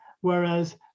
Whereas